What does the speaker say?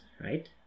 right